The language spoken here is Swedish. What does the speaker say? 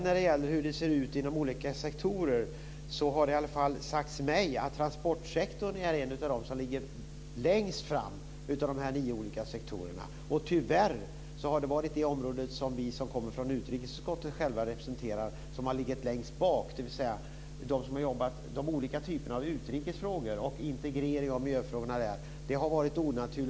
När det gäller hur det ser ut inom olika sektorer har det sagts mig att transportsektorn är en av dem som ligger längst fram av de nio olika sektorerna. Tyvärr har det varit det område som har legat längst bak. Det har varit onaturligt och konstigt för dem som har jobbat med olika typer av utrikesfrågor och integrering av miljöfrågor.